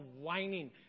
whining